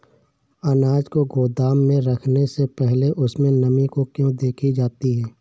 अनाज को गोदाम में रखने से पहले उसमें नमी को क्यो देखी जाती है?